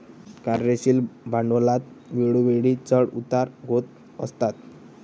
कार्यशील भांडवलात वेळोवेळी चढ उतार होत असतात